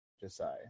Josiah